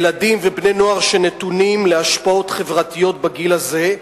ילדים ובני-נוער שנתונים להשפעות חברתיות בגיל הזה,